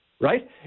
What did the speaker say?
right